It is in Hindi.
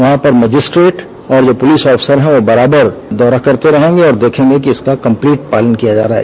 वहां पर मजिस्ट्रेट और जो पुलिस अफसर है वह बराबर दौरा करते रहेंगे और देखेंगे कि इसका कम्पलीट पालन किया जा रहा है